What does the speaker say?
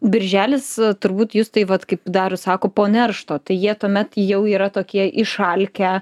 birželis turbūt justai vat kaip darius sako po neršto tai jie tuomet jau yra tokie išalkę